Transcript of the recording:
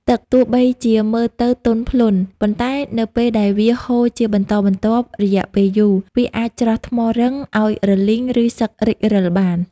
ទឹកទោះបីជាមើលទៅទន់ភ្លន់ ប៉ុន្តែនៅពេលដែលវាហូរជាបន្តបន្ទាប់រយៈពេលយូរ វាអាចច្រោះថ្មរឹងឱ្យរលីង ឬសឹករិចរឹលបាន។